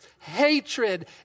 Hatred